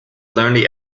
lonely